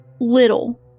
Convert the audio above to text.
Little